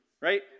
Right